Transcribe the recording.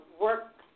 work